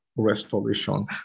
restoration